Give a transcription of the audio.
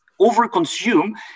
overconsume